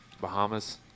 Bahamas